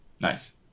Nice